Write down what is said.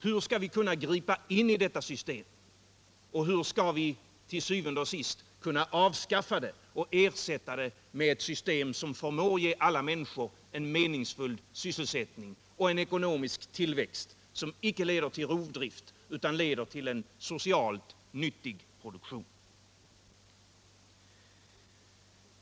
Hur skall vi kunna gripa in i detta system och hur skall vi til syvende og sidst kunna avskaffa det och ersätta det med ett system som förmår ge alla människor en meningsfull sysselsättning och en ekonomisk tillväxt som icke leder till rovdrift utan till en socialt nyttig produktion?